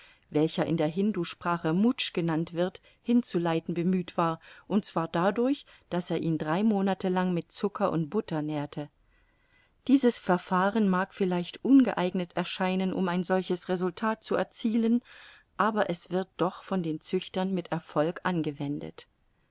welcher in der hindusprache mutsch genannt wird hinzuleiten bemüht war und zwar dadurch daß er ihn drei monate lang mit zucker und butter nährte dieses verfahren mag vielleicht ungeeignet erscheinen um ein solches resultat zu erzielen aber es wird doch von den züchtern mit erfolg angewendet